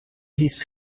his